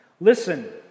listen